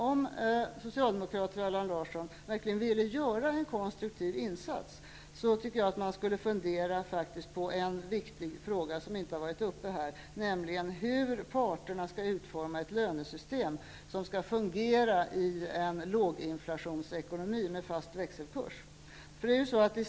Om socialdemokraterna och Allan Larsson verkligen ville göra en konstruktiv insats, tycker jag att de borde fundera på en viktig fråga som inte har varit uppe här, nämligen hur parterna skall utforma ett lönesystem som fungerar i en låginflationsekonomi med fast växelkurs.